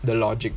the logic